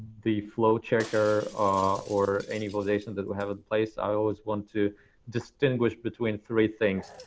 the flow checker or any validations that we have in place, i always want to distinguish between three things.